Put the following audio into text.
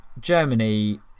Germany